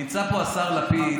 נמצא פה השר לפיד,